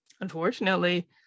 unfortunately